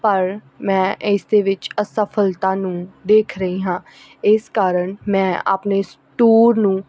ਪਰ ਮੈਂ ਇਸ ਦੇ ਵਿੱਚ ਅਸਫਲਤਾ ਨੂੰ ਦੇਖ ਰਹੀ ਹਾਂ ਇਸ ਕਾਰਨ ਮੈਂ ਆਪਣੇ ਇਸ ਟੂਰ ਨੂੰ